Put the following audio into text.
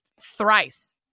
thrice